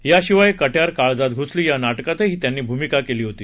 याशिवाय कट्यार काळजात घुसली या नाटकातही त्यांनी भूमीका केली होती